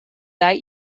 that